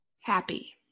happy